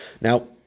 Now